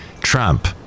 Trump